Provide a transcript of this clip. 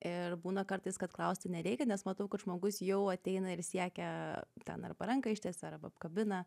ir būna kartais kad klausti nereikia nes matau kad žmogus jau ateina ir siekia ten arba ranką ištiesė arba apkabina